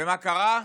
ומה קרה?